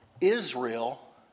Israel